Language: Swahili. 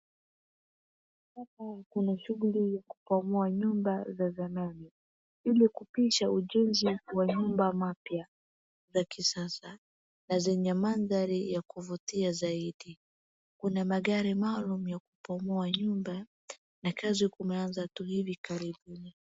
Hapa kuna shughuli ya kubomoa nyumba za zamani, ili kupisha ujenzi wa nyumba mapya za kisasa, na zenye mandhari ya kuvutia zaidi. Kuna magari maalum ya kubomoa nyumba, na kazi kumeanza tu hivi karibuni.